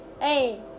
Hey